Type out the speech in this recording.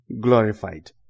glorified